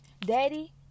daddy